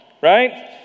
right